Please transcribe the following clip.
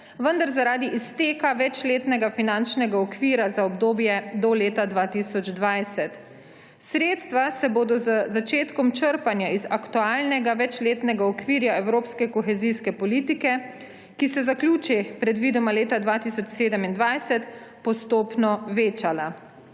vendar zaradi izteka večletnega finančnega okvira za obdobje do leta 2020. Sredstva se bodo z začetkom črpanja iz aktualnega večletnega okvira evropske kohezijske politike, ki se zaključi predvidoma leta 2027, postopno večala.